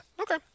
Okay